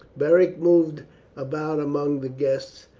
beric moved about among the guests,